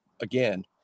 again